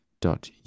dot